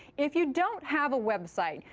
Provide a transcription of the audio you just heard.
if you don't have a website,